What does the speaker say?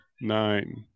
nine